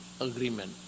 agreement